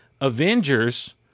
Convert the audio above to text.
Avengers